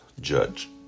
judge